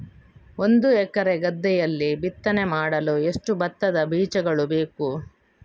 ಒಂದು ಎಕರೆ ಗದ್ದೆಯಲ್ಲಿ ಬಿತ್ತನೆ ಮಾಡಲು ಎಷ್ಟು ಭತ್ತದ ಬೀಜಗಳು ಬೇಕು?